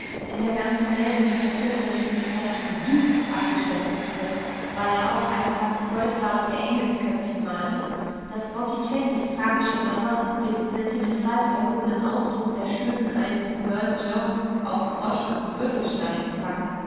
in der ganzen welt mit der fürchterlichen bezeichnung süß abgestempelt wird weil er auch ein paar goldhaarige engelsköpfchen malte daß botticellis tragische madonnen mit dem sentimental verlogenen ausdruck der schönen eines burne jones auf broschen und gürtelschnallen prangen